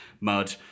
mud